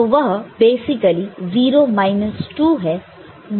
तो वह basically 0 minus 2 है